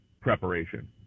preparation